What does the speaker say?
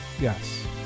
Yes